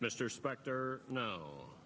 mr specter no